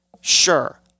Sure